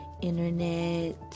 Internet